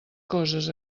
coses